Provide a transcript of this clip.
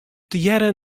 tegearre